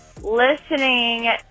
listening